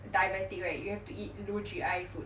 diabetic right you have to eat low G_I food